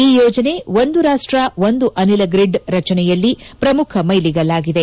ಈ ಯೋಜನೆ ಒಂದು ರಾಷ್ಟ ಒಂದು ಅನಿಲ ಗ್ರಿಡ್ ರಚನೆಯಲ್ಲಿ ಪ್ರಮುಖ ಮೈಲಿಗಲ್ಲಾಗಿದೆ